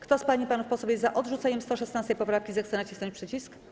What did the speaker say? Kto z pań i panów posłów jest za odrzuceniem 116. poprawki, zechce nacisnąć przycisk.